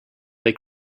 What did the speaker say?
they